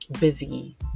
busy